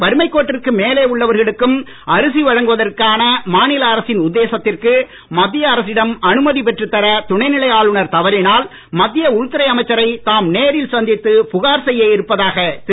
வறுமைக் கோட்டிற்கு மேலே உள்ளவர்களுக்கும் அரிசி வழங்குவதற்கான மாநில அரசின் உத்தேசத்திற்கு மத்திய அரசிடம் அனுமதி பெற்றுத் தர துணைநிலை ஆளுநர் தவறினால் மத்திய உள்துறை அமைச்சரை தாம் நேரில் சந்தித்து புகார் செய்ய இருப்பதாக திரு